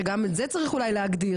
שגם את זה צריך אולי להגדיר,